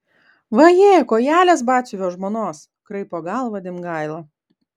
vaje kojelės batsiuvio žmonos kraipo galvą dimgaila